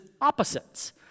opposites